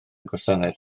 gwasanaeth